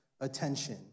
attention